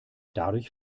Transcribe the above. dadurch